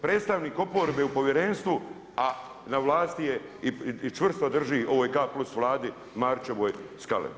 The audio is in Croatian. Predstavnik oporbe u povjerenstvu a na vlasti je i čvrsto drži ovoj K+ Vladi Marićevoj skale.